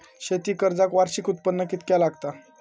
शेती कर्जाक वार्षिक उत्पन्न कितक्या लागता?